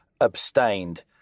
abstained